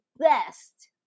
best